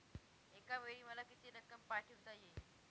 एकावेळी मला किती रक्कम पाठविता येईल?